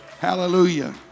Hallelujah